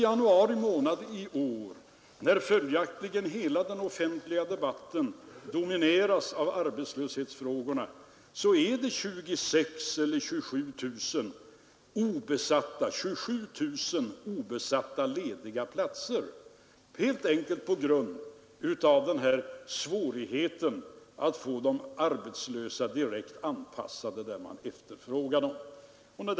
I januari månad i år, när hela den offentliga debatten följaktligen dominerades av arbetslöshetsfrågorna, fanns det 27 000 obesatta lediga platser, helt enkelt beroende på svårigheten att få de arbetslösa direkt anpassade till de lediga platserna.